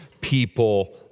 people